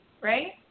right